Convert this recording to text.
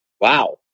Wow